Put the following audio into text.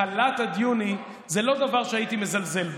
חל"ת עד יוני זה לא דבר שהייתי מזלזל בו.